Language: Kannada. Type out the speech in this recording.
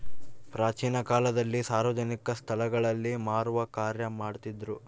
ಪ್ರಾಚೀನ ಕಾಲದಲ್ಲಿ ಸಾರ್ವಜನಿಕ ಸ್ಟಳಗಳಲ್ಲಿ ಮಾರುವ ಕಾರ್ಯ ಮಾಡ್ತಿದ್ರು